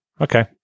Okay